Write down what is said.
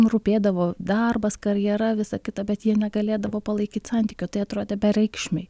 rūpėdavo darbas karjera visa kita bet jie negalėdavo palaikyt santykio tai atrodė bereikšmiai